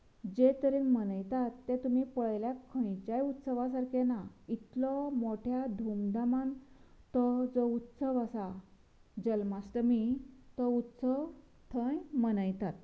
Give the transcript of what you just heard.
जे तरेन मनयतात तें तुमी पळयल्यार खंयच्याच उत्सवा सारकें ना इतलो मोट्या धूम धामान तो जो उत्सव आसा जल्माष्टमी तो उत्सव थंय मनयतात